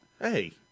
Hey